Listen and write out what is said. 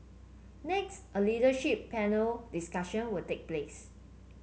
next a leadership panel discussion will take place